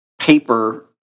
paper